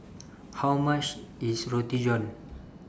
How much IS Roti John